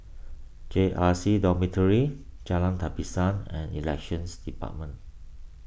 J R C Dormitory Jalan Tapisan and Elections Department